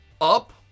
up